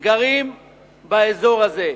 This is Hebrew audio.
גרים באזור הזה.